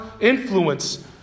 influence